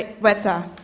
weather